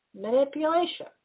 manipulation